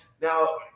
Now